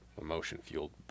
Emotion-fueled